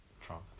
Trump